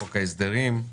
חוק ההסדרים.